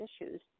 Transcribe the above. issues